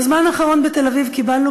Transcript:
בזמן האחרון בתל-אביב קיבלנו,